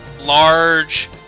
large